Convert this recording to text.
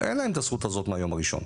אין להם את הזכות הזאת מהיום הראשון,